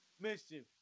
Mischief